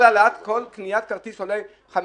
כל קניית כרטיס עולה 5,